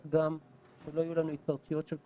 גם שלא יהיו לנו התפרצויות של קורונה,